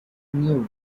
knew